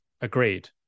agreed